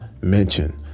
mention